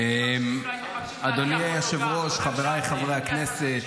--- אני אומר עוד פעם: כל מי שיתקוף כאן מהבמה ומדבר איתי,